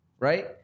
Right